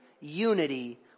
unity